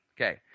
okay